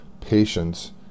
patience